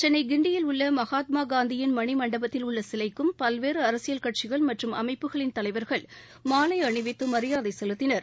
சென்னை கிண்டியில் உள்ள மகாத்மா காந்தியின் மணிமண்டபத்தில் உள்ள சிலைக்கும் பல்வேறு அரசியல் கட்சிகள் மற்றும் அமைப்புகளின் தலைவர்கள் மாலை அணிவித்து மரியாதை செலுத்தினர்